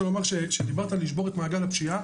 שדיברת לשבור את מעגל הפשיעה,